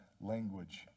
language